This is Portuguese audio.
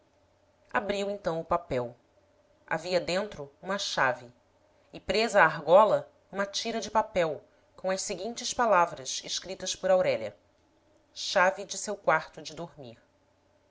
abriu então o papel havia dentro uma chave e presa à argola uma tira de papel com as seguintes palavras escritas por aurélia chave de seu quarto de dormir